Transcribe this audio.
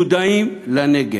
לנגב, את "דודאים" לנגב,